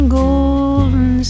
golden